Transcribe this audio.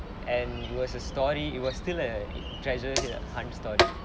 and it was a story it was still a treasure time story